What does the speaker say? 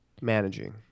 managing